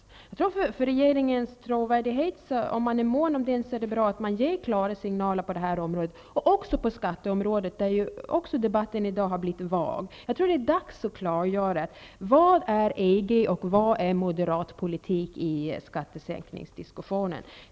Om man är mån om regeringens trovärdighet är det bra om man ger klara signaler på det här området och även på skatteområdet, där debatten ju också har blivit vag. Jag tror att det är dags att klargöra: Vad är EG och vad är moderatpolitik i skattesänkningsdiskussionen?